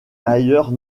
d’ailleurs